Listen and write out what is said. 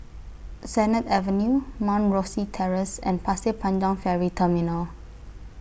Sennett Avenue Mount Rosie Terrace and Pasir Panjang Ferry Terminal